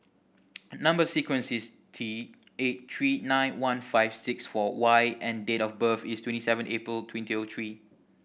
number sequence is T eight three nine one five six four Y and date of birth is twenty seven April twenty O three